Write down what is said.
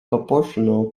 proportional